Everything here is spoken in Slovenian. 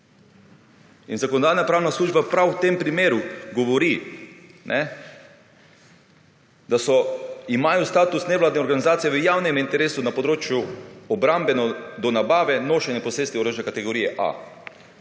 In Zakonodajno-pravna služba prav o tem primeru govori, da imajo status nevladne organizacije v javnem interesu na področju obrambe in pravico nabave, nošenja in posesti orožja kategorije A.